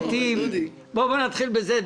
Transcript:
בוא נתחיל בזה,